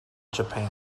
japan